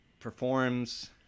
Performs